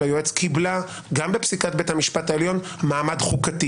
של היועץ קיבלה גם בפסיקת בית המשפט העליון מעמד חוקתי".